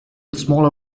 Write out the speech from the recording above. smaller